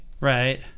Right